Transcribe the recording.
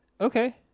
okay